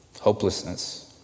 hopelessness